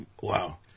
Wow